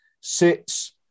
sits